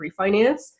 refinance